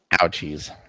Ouchies